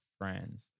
friends